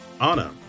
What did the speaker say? Anna